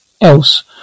else